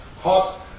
hot